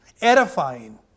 Edifying